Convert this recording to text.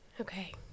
Okay